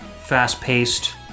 fast-paced